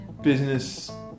business